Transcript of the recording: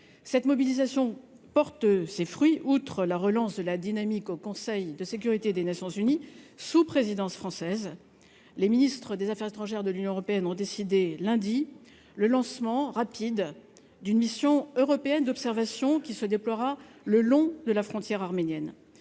cette mobilisation porte ses fruits : outre la relance de la dynamique au Conseil de sécurité des Nations unies, sous présidence française, les ministres des Affaires étrangères de l'Union européenne ont décidé lundi le lancement rapide d'une mission européenne d'observation qui se déploiera le long de la frontière arménienne